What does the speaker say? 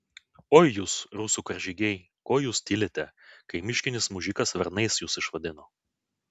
oi jūs rusų karžygiai ko jūs tylite kai miškinis mužikas varnais jus išvadino